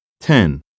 Ten